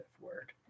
word